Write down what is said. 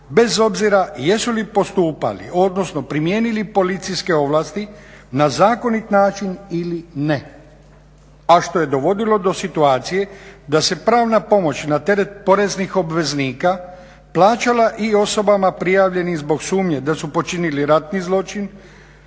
bez obzira jesu li postupali odnosno primijenili policijske ovlasti na zakonit način ili ne, a što je dovodilo do situacije da se pravna pomoć na teret poreznih obveznika plaćala i osoba prijavljenim zbog sumnje da su počinili ratni zločin.